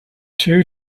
two